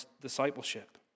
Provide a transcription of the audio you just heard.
discipleship